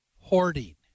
hoarding